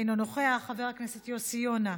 אינו נוכח, חבר הכנסת יוסי יונה,